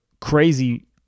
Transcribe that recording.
crazy